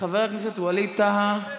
חבר הכנסת ווליד טאהא,